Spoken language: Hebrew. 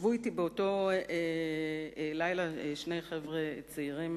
ישבו אתי באותו לילה שני חבר'ה צעירים